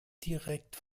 direkt